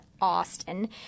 Austin